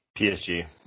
PSG